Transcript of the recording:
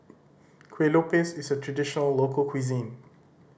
Kueh Lopes is a traditional local cuisine